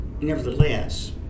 nevertheless